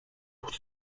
pour